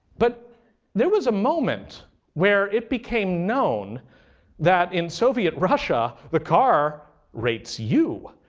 but there was a moment where it became known that in soviet russia, the car rates you.